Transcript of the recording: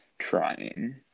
Trying